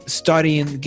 studying